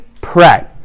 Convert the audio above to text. pray